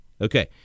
Okay